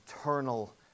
eternal